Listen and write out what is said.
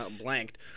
blanked